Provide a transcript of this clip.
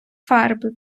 фарби